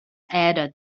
added